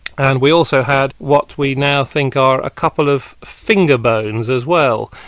and we also had what we now think are a couple of finger bones as well.